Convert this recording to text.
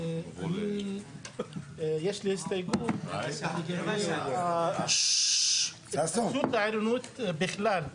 יש לי הסתייגות לגבי ההתחדשות העירונית בכלל.